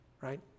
right